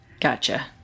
Gotcha